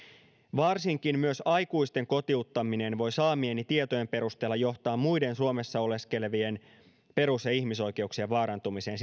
varsinkin myös aikuisten kotiuttaminen voi saamieni tietojen perusteella johtaa muiden suomessa oleskelevien perus ja ihmisoikeuksien vaarantumiseen